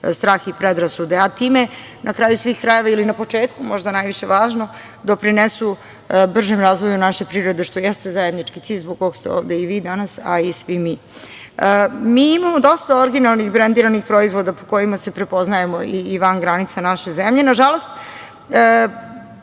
strah i predrasude. Time, na kraju svih krajeva ili na početku, možda najviše važno, doprinesu bržem razvoju naše privrede, što jeste zajednički cilj zbog koga ste i vi danas ovde, a i svim mi. Mi imamo dosta originalnih brendiranih proizvoda po kojima se prepoznajemo i van granica naše zemlje. Nažalost,